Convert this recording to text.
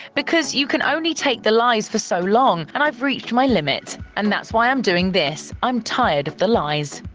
because you can only take the lies for so long and i've reached my limit. and that's why i'm doing this. i'm tired of the lies.